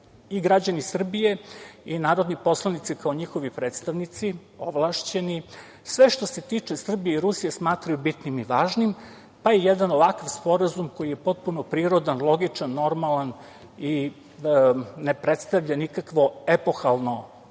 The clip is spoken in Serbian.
i građani Srbije i narodni poslanici kao njihovi ovlašćeni predstavnici sve što se tiče Srbije i Rusije smatraju bitnim i važnim, pa i jedan ovakav sporazum koji je potpuno prirodan, logičan, normalan i ne predstavlja nikakvo epohalno